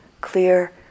clear